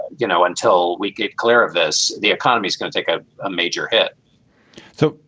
you know, until we get clear of this. the economy is going to take a ah major hit so,